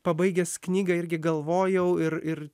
pabaigęs knygą irgi galvojau ir ir